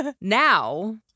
Now